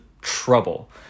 trouble